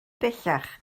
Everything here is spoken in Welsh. bellach